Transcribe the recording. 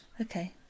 Okay